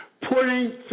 putting